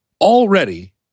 already